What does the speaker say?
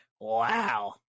Wow